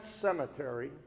cemetery